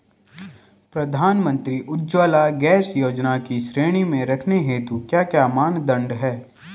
प्रधानमंत्री उज्जवला गैस योजना की श्रेणी में रखने हेतु क्या क्या मानदंड है?